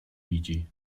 widzi